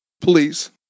Police